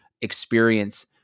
experience